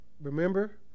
Remember